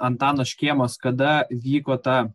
antano škėmos kada vyko ta